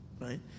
right